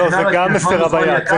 זה גם מסירה ביד.